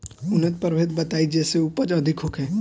उन्नत प्रभेद बताई जेसे उपज अधिक होखे?